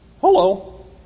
Hello